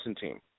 team